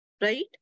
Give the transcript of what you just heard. right